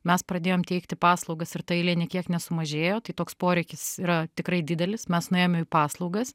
mes pradėjom teikti paslaugas ir ta eilė nė kiek nesumažėjo tai toks poreikis yra tikrai didelis mes nuėjome į paslaugas